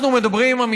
אנחנו מדברים היום,